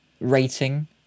rating